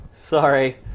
Sorry